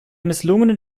misslungenen